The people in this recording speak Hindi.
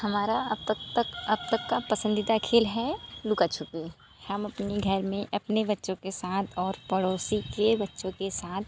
हमारा अब तक तक अब तक का पसंदीदा खेल है लुकाछुपी हम अपने घर में अपने बच्चों के साथ और पड़ोसी के बच्चों के साथ